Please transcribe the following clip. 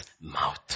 mouth